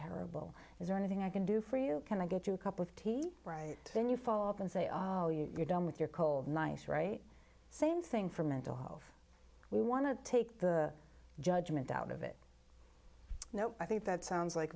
terrible is there anything i can do for you and i get you a cup of tea right then you fall and say oh you're done with your cold nights right same thing for mental health we want to take the judgment out of it no i think that sounds like